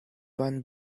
bone